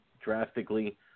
drastically